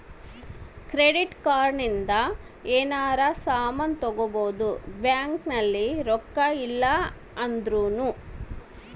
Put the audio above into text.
credit card ಇಂದ ಯೆನರ ಸಾಮನ್ ತಗೊಬೊದು ಬ್ಯಾಂಕ್ ಅಲ್ಲಿ ರೊಕ್ಕ ಇಲ್ಲ ಅಂದೃನು